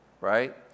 right